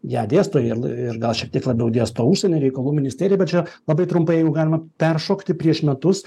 ją dėsto ir ir gal šiek tiek labiau dėsto užsienio reikalų ministerija bet čia labai trumpai jeigu galima peršokti prieš metus